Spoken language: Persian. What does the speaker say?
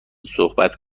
صحبت